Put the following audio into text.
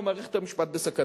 או מערכת המשפט בסכנה.